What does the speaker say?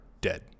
dead